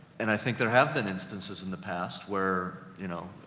and i think there have been instances in the past where you know,